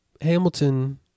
Hamilton